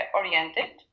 oriented